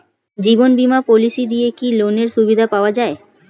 জীবন বীমা পলিসি দিয়ে কি লোনের সুবিধা পাওয়া যায়?